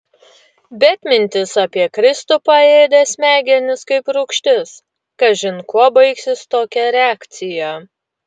bet mintis apie kristupą ėdė smegenis kaip rūgštis kažin kuo baigsis tokia reakcija